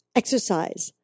exercise